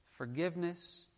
Forgiveness